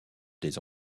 des